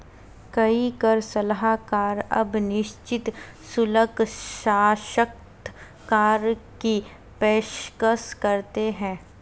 कई कर सलाहकार अब निश्चित शुल्क साक्षात्कार की पेशकश करते हैं